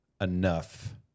enough